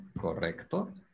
correcto